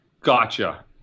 Gotcha